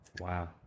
Wow